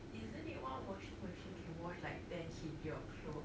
isn't it one washing machine can wash like ten K_G of clothes